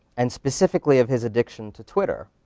and specifically, of his addiction to twitter,